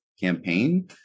campaign